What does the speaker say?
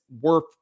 worth